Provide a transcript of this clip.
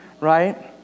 right